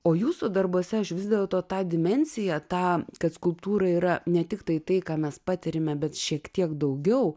o jūsų darbuose aš vis dėlto tą dimensiją tą kad skulptūra yra ne tiktai tai ką mes patiriame bet šiek tiek daugiau